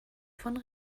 von